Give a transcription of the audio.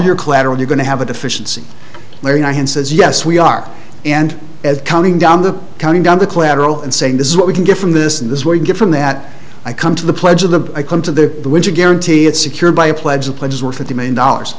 your collateral you're going to have a deficiency larry i had says yes we are and as counting down the counting down the collateral and saying this is what we can get from this and this is where you get from that i come to the pledge of the i come to the winter guarantee it secured by a pledge of pledges worth fifty million dollars